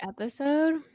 episode